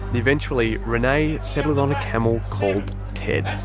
eventually, renay settled on a camel called ted.